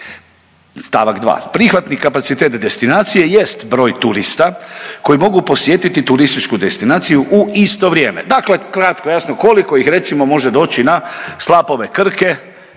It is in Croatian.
st. 2. Prihvatni kapacitet destinacije jest broj turista koji mogu posjetiti turističku destinaciju u isto vrijeme. Dakle, kratko i jasno, koliko ih, recimo, može doći na slapove Krke